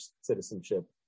citizenship